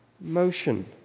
motion